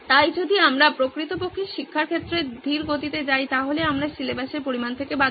তাই যদি আমরা প্রকৃতপক্ষে শিক্ষার ক্ষেত্রে ধীরগতিতে যাই তাহলে আমরা সিলেবাসের পরিমাণ থেকে বাদ পড়ব